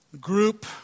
group